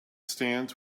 stands